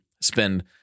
spend